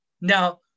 Now